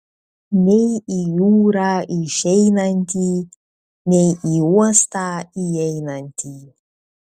nei į jūrą išeinantį nei į uostą įeinantį